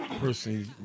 Personally